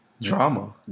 drama